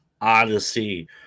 Odyssey